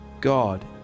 God